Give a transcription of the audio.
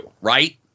Right